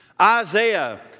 Isaiah